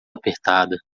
apertada